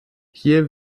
hier